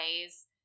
ways